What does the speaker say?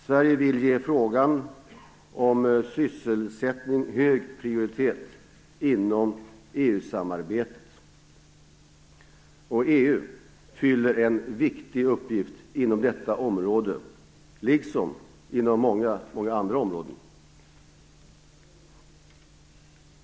Sverige vill ge frågan om sysselsättningen hög prioritet inom EU-samarbetet. EU fyller en viktig uppgift inom detta område, liksom inom många andra.